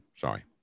Sorry